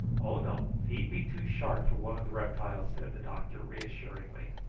oh, no! he'd be too sharp for one of the reptiles, said the doctor reassuringly.